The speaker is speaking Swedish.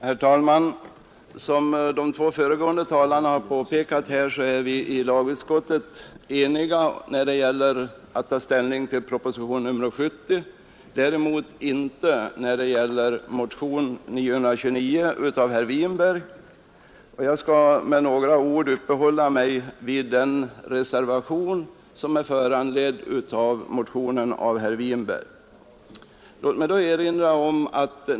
Herr talman! Som de två föregående talarna påpekat har vi i lagutskottet varit eniga när det gällt att ta ställning till propositionen 70, däremot inte när det gällt motionen 929 av herr Winberg. Jag skall med några ord uppehålla mig vid den reservation som är föranledd av herr Winbergs motion.